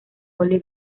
holly